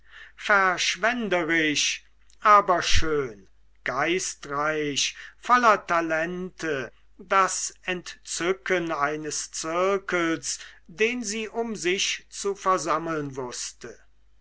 verschwenderisch aber schön geistreich voller talente das entzücken eines zirkels den sie um sich zu versammeln wußte